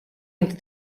inte